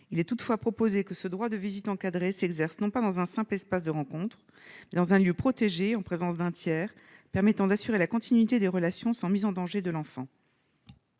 Il est toutefois proposé que ce droit de visite encadré s'exerce, non pas dans un simple espace de rencontre, mais dans un lieu protégé, en présence d'un tiers permettant d'assurer la continuité des relations sans mise en danger de l'enfant.